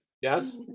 Yes